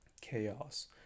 chaos